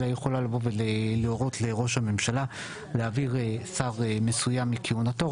אלא היא יכולה להורות לראש הממשלה להעביר שר מסוים מכהונתו